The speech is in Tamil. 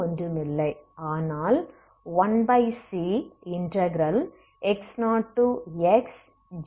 இது ஒன்றுமில்லை ஆனால் 1cx0xgsds c1xc2xc1x0 c2